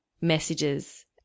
messages